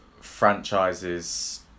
franchises